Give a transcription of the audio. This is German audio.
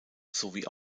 sowie